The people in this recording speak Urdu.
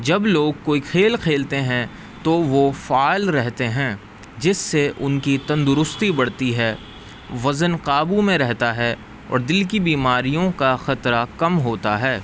جب لوگ کوئی کھیل کھیلتے ہیں تو وہ فعال رہتے ہیں جس سے ان کی تندرستی بڑھتی ہے وزن قابو میں رہتا ہے اور دل کی بیماریوں کا خطرہ کم ہوتا ہے